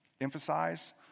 emphasize